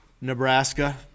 Nebraska